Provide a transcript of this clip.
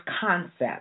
concept